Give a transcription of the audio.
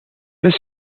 this